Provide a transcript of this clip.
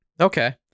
Okay